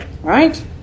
Right